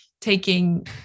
taking